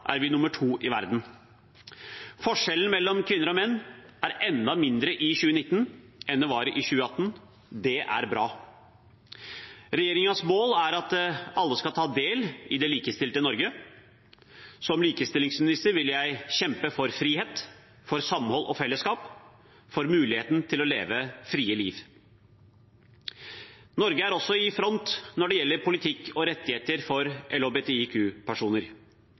er vi nummer to i verden. Forskjellen mellom kvinner og menn er enda mindre i 2019 enn den var i 2018. Det er bra. Regjeringens mål er at alle skal ta del i det likestilte Norge. Som likestillingsminister vil jeg kjempe for frihet, for samhold og fellesskap, for muligheten til å leve et fritt liv. Norge er også i front når det gjelder politikk og rettigheter for